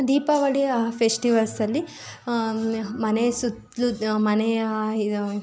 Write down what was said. ದೀಪಾವಳಿಯ ಫೆಸ್ಟಿವಲ್ಸಲ್ಲಿ ಮನೆಯ ಸುತ್ತಲೂ ಮನೆಯ